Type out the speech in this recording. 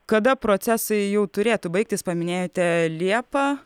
kada procesai jau turėtų baigtis paminėjote liepą